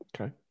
Okay